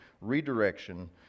redirection